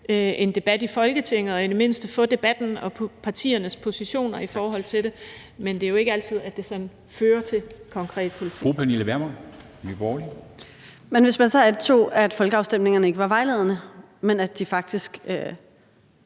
en debat i Folketinget og i det mindste få debatten og partiernes positioner i forhold til det. Men det er jo ikke altid, det sådan fører til konkret politik. Kl. 17:54 Formanden (Henrik Dam Kristensen): Fru